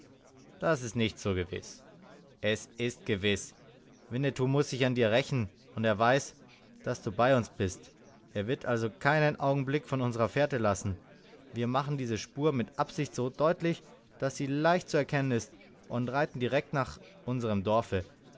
das ist nicht so gewiß es ist gewiß winnetou muß sich an dir rächen und er weiß daß du bei uns bist er wird also keinen augenblick von unserer fährte lassen wir machen diese spur mit absicht so deutlich daß sie leicht zu erkennen ist und reiten direkt nach unserem dorfe